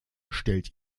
stellt